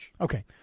Okay